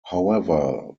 however